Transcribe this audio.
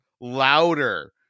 louder